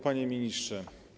Panie Ministrze!